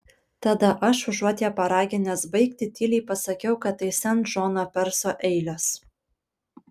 tada aš užuot ją paraginęs baigti tyliai pasakiau kad tai sen džono perso eilės